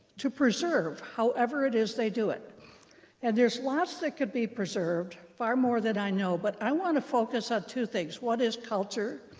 to preserve, however it is they do. and there's lots that could be preserved far more than i know, but i want to focus on two things. what is culture?